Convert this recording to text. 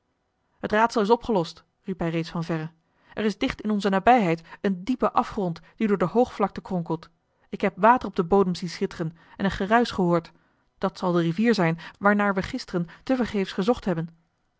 t raadsel is opgelost riep hij reeds van verre er is dicht in onze nabijheid een diepe afgrond die door de hoogvlakte kronkelt eli heimans willem roda ik heb water op den bodem zien schitteren en een geruisch gehoord dat zal de rivier zijn waarnaar we gisteren te vergeefs gezocht hebben